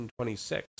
1926